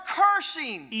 cursing